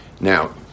Now